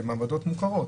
במעבדות מוכרות,